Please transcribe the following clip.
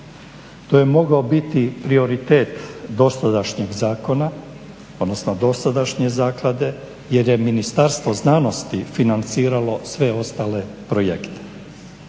To je mogao biti prioritet dosadašnjeg zakona, odnosno dosadašnje zaklade jer je Ministarstvo znanosti financiralo sve ostale projekte.